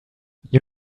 you